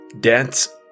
dance